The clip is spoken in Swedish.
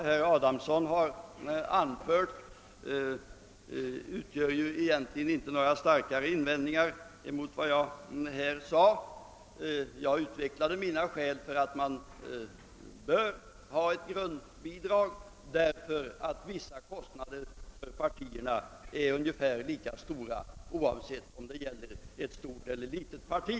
Herr talman! Herr Adamsson hade egentligen inte några starkare invändningar att göra mot vad jag tidigare sade. Jag utvecklade då mina skäl för att man bör ha ett grundbidrag eftersom vissa kostnader för partierna är ungefär lika stora, oavsett om det gäller ett stort eller ett litet parti.